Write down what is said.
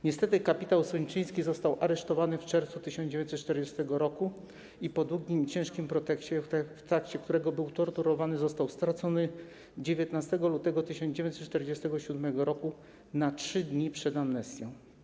Niestety kapitan Sojczyński został aresztowany w czerwcu 1940 r. i po długim i ciężkim śledztwie, w trakcie którego był torturowany, został stracony 19 lutego 1947 r., na trzy dni przed amnestią.